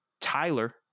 Tyler